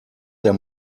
der